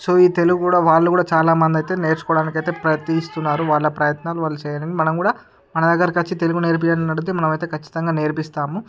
so ఈ తెలుగు కూడా వాళ్ళు కూడా చాలా మందయితే నేర్చుకోడానికైతే ప్రయత్నిస్తున్నారు వాళ్ళ ప్రయత్నాలు వాళ్ళు చేయని మనం కూడా మనదగ్గరకొచ్చి తెలుగు నేర్పియండని అడిగితే మనమైతే ఖచ్చితంగా నేర్పిస్తాము